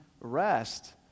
rest